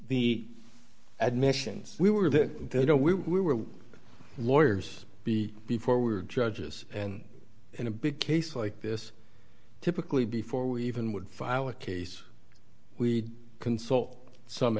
the admissions we were there we were lawyers be before we were judges in a big case like this typically before we even would file a case we'd consult some